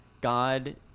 God